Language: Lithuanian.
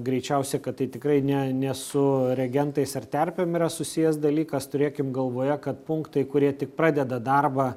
greičiausia kad tai tikrai ne ne su reagentais ar terpėm yra susijęs dalykas turėkim galvoje kad punktai kurie tik pradeda darbą